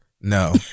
no